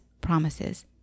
promises